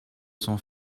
son